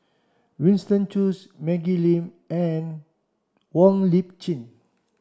Winston Choos Maggie Lim and Wong Lip Chin